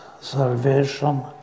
salvation